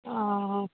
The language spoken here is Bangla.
ও